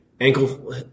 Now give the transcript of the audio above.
ankle